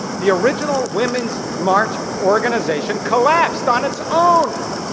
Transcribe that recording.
the original women's march organization collapsed on its own.